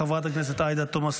חברת הכנסת עאידה תומא סלימאן.